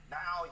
now